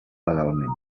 legalment